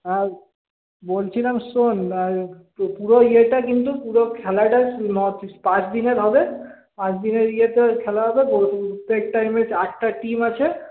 আর বলছিলাম শোন পুরো ইয়েটা কিন্তু পুরো খেলাটা পাঁচ দিনের হবে পাঁচ দিনের ইয়েতে খেলা হবে প্রত্যেক টাইমে আটটা টিম আছে